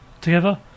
together